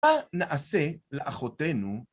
מה נעשה לאחותינו?